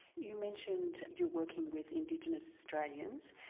you mentioned you're working with indigenous australians,